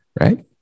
right